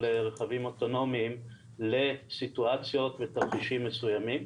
רכבים אוטונומיים לסיטואציות ותרחישים מסוימים.